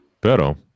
Pero